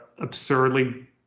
absurdly